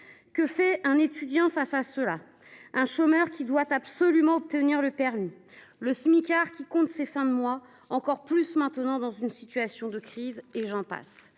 Que fait un étudiant face à cela ? Un chômeur qui doit absolument obtenir le permis ? Le smicard qui compte ses fins de mois, encore plus dans une situation de crise ? Et j'en passe